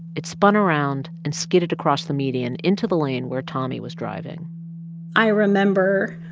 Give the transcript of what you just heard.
it spun around and skidded across the median into the lane where tommy was driving i remember